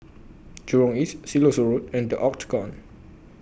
Jurong East Siloso Road and The Octagon